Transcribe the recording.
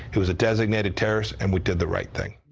who was a designated terrorist, and we did the right thing